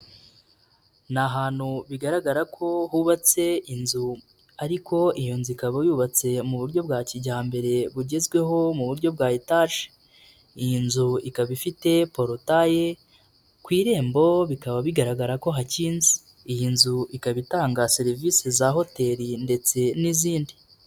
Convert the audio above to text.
Ni ahantu bigaragara ko hubatse inzu ariko iyo nzu ikaba yubatse mu buryo bwa kijyambere bugezweho mu buryo bwa etaje. Iyi nzu ikaba ifite porotaye ku irembo bikaba bigaragara ko hakinze. Iyi nzu ikaba itanga serivisi za hoteli ndetse n'izindi.